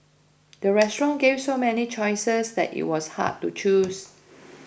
the restaurant gave so many choices that it was hard to choose